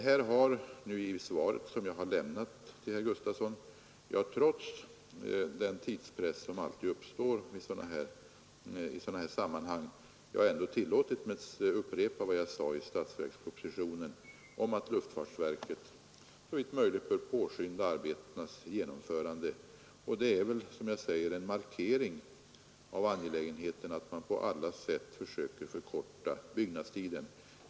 Här har jag i svaret som är lämnat till herr Gustafson, trots den tidspress som alltid uppstår i sådana här sammanhang, tillåtit mig att upprepa vad jag anförde i statsverkspropositionen om att luftfartsverket såvitt möjligt bör påskynda arbetets genomförande. Och det är, som jag säger, en markering av angelägenheten att på alla sätt försöka förkorta byggnadstiden.